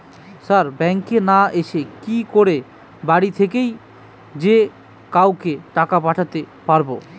Sir ব্যাঙ্কে না এসে কি করে বাড়ি থেকেই যে কাউকে টাকা পাঠাতে পারবো?